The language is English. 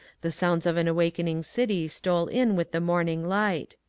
the sounds of an awakening city stole in with the morning light.